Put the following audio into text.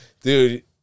dude